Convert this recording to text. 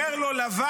אומר לו לבן: